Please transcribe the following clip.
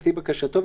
לפי בקשתו,